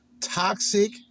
toxic